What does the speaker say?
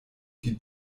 die